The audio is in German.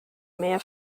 mehr